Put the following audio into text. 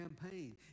campaign